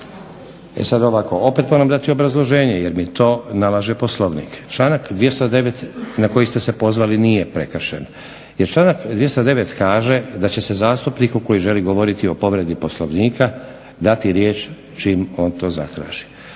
E sad ovako, opet moram dati obrazloženje jer mi to nalaže Poslovnik. Članak 209. na koji ste se pozvali nije prekršen jer članak 209. kaže da će se zastupniku koji želi govoriti o povredi Poslovnika dati riječ čim on to zatraži.